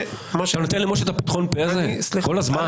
אתה נותן למשה את פתחון הפה הזה כל הזמן?